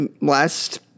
last